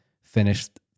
finished